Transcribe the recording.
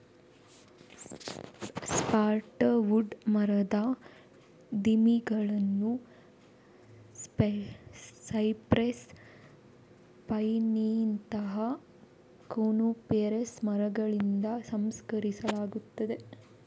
soft wood ಮರದ ದಿಮ್ಮಿಗಳನ್ನು cypress, ಪೈನಿನಂತಹ ಕೋನಿಫೆರಸ್ ಮರಗಳಿಂದ ಸಂಸ್ಕರಿಸಲಾಗುತ್ತದೆ